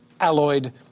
alloyed